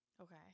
Okay